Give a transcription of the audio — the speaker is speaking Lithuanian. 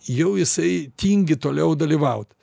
jau jisai tingi toliau dalyvaut